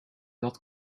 dat